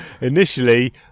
Initially